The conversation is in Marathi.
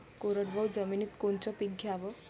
कोरडवाहू जमिनीत कोनचं पीक घ्याव?